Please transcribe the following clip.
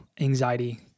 anxiety